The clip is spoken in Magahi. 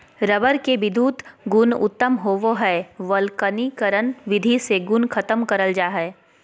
रबर के विधुत गुण उत्तम होवो हय वल्कनीकरण विधि से गुण खत्म करल जा हय